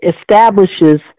Establishes